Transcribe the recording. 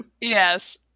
Yes